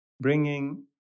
Bringing